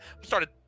started